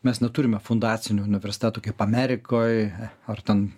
mes neturime fundacinių universitetų kaip amerikoj ar ten